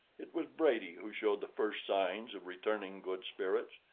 it was brady who showed the first signs of returning good spirits.